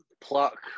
pluck